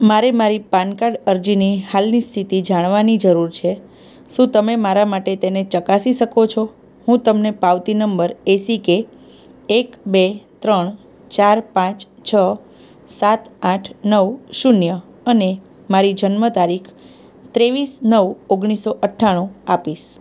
મારે મારી PAN card અરજીની હાલની સ્થિતિ જાણવાની જરૂર છે શું તમે મારા માટે તેને ચકાસી શકો છો હું તમને પાવતી નંબર એસીકે એક બે ત્રણ ચાર પાંચ છ સાત આઠ નવ શૂન્ય અને મારી જન્મ તારીખ ત્રેવીસ નવ ઓગણીસો અઠ્ઠાણું આપીશ